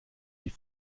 die